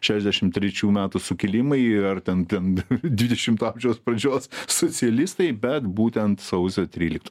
šešiasdešimt trečių metų sukilimai ir ar ten ten dvidešimto amžiaus pradžios socialistai bet būtent sausio tryliktą